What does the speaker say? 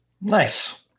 Nice